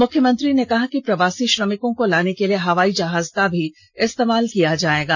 मुख्यमंत्री ने कहा कि प्रवासी श्रमिकों को लाने के लिए हवाई जहाज का भी इस्तेमाल किया जाएगा